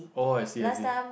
oh I see I see